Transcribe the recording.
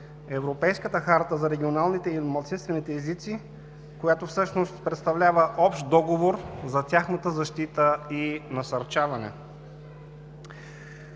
Европейската харта за регионалните и малцинствените езици, която всъщност представлява общ договор за тяхната защита и насърчаване.